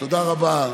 תודה רבה,